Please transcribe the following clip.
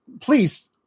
please